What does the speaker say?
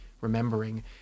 remembering